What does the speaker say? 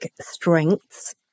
strengths